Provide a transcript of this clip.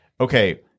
okay